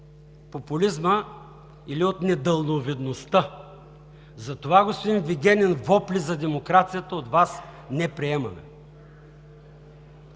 популизма или от недалновидността. Затова, господин Вигенин, вопли за демокрацията от Вас не приемаме!